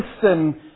system